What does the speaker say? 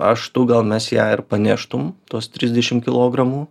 aš tu gal mes ją ir paneštum tuos trisdešim kilogramų